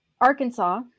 arkansas